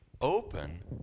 open